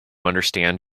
understand